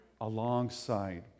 Alongside